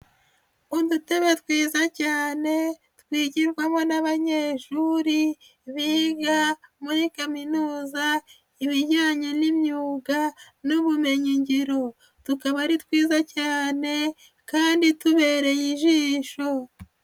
Udutebe twiza cyane twigirwamo n'abanyeshuri biga muri kaminuza ibijyanye n'imyuga n'ubumenyingiro. Tukaba ari twiza cyane kandi tubereye ijisho.